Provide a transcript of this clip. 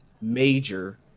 major